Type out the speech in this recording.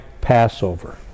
Passover